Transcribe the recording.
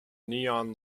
neon